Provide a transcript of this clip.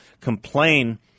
complain